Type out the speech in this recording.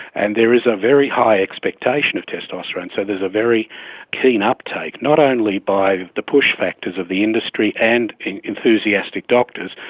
and there is a very high expectation of testosterone. so there's a very keen uptake, not only by the push factors of the industry and enthusiastic doctors,